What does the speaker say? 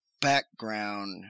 background